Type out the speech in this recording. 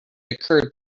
occurred